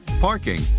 parking